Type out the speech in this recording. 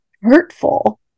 hurtful